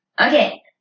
Okay